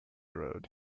road